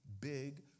big